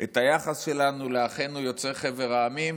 את היחס שלו לאחינו יוצאי חבר המדינות: